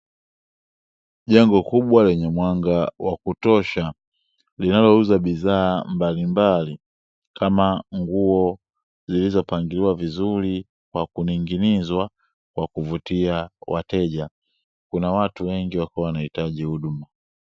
Jengo kubwa lenye mwanga wa kutosha linalouza bidhaa mbalimbali kama nguo zilizopangiliwa vizuri kwa kuning'inizwa, kwa kuvutia wateja. Kuna watu wengi wakiwa wanahitaji huduma.